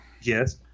Yes